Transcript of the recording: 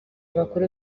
amakuru